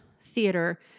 theater